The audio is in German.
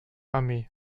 armee